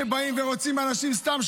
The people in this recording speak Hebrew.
שבאים ורוצים אנשים סתם,